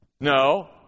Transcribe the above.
No